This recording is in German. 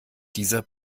dieser